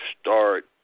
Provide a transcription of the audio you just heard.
start